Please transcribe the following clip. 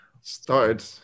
started